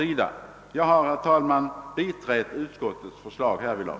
Jag har, herr talman, biträtt utskottets förslag härvidlag.